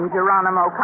Geronimo